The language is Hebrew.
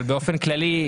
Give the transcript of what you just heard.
אבל באופן כללי,